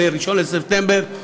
ב-1 בספטמבר.